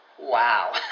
Wow